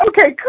Okay